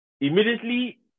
immediately